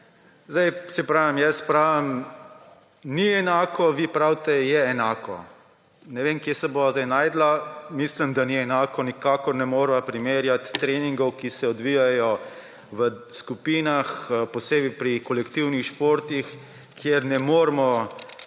ključ rešitve. Jaz pravim, da ni enako, vi pravite, je enako. Ne vem, kje se bova zdaj našla. Mislim, da ni enako. Nikakor ne moreva primerjati treningov, ki se odvijajo v skupinah, posebej pri kolektivnih športih, kjer ne moremo